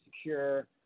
secure